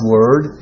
Word